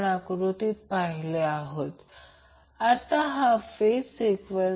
हे 3 5 j 10 तर हे 5 j 10 2 j 10 2 j 10 आहे